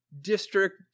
District